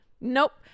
Nope